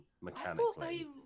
mechanically